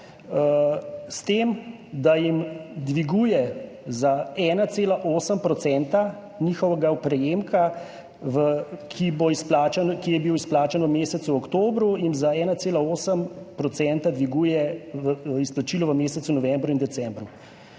s tem, da jim dviguje za 1,8 % njihov prejemek, ki je bil izplačan v mesecu oktobru, in za 1,8 % dviguje izplačilo v mesecu novembru in decembru.